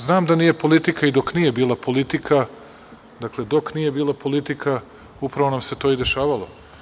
Znam da nije politika i dok nije bila politika, dakle, dok nije bila politika, upravo nam se to i dešavalo.